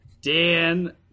Dan